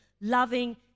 loving